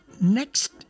next